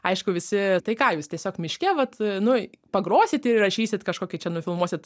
aišku visi tai ką jūs tiesiog miške vat nu pagrosit ir įrašysit kažkokį čia nufilmuosit